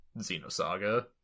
Xenosaga